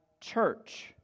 church